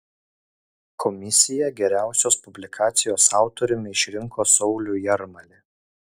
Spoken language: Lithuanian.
komisija geriausios publikacijos autoriumi išrinko saulių jarmalį